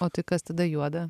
o tai kas tada juoda